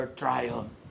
triumph